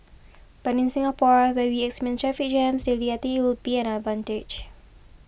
but in Singapore where we traffic jams daily I think it will be an advantage